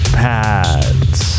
pads